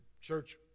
church